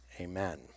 Amen